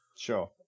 Sure